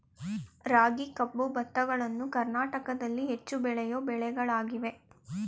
ರಾಗಿ, ಕಬ್ಬು, ಭತ್ತಗಳನ್ನು ಕರ್ನಾಟಕದಲ್ಲಿ ಹೆಚ್ಚು ಬೆಳೆಯೋ ಬೆಳೆಗಳಾಗಿವೆ